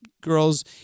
girls